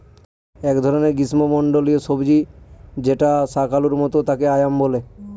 এক ধরনের গ্রীস্মমন্ডলীয় সবজি যেটা শাকালুর মত তাকে য়াম বলে